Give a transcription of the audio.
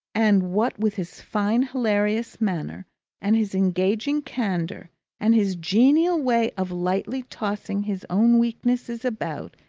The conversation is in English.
and what with his fine hilarious manner and his engaging candour and his genial way of lightly tossing his own weaknesses about,